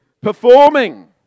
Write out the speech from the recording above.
Performing